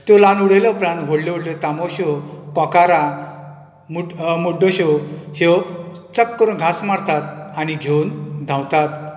त्यो लावन उडयले उपरंत वडल्यो वडल्यो तामुश्योस कोकारां मुट मुड्डोश्यो ह्यो चक्क करून घांस मारतात आनी घेवन धांवतात